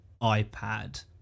iPad